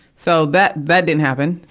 so that, that didn't happen.